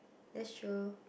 that's true